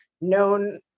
known